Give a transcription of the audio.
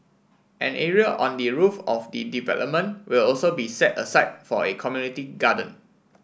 an area on the roof of the development will also be set aside for a community garden